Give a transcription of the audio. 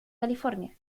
california